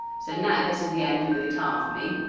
so now this is the end of the guitar for me,